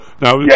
now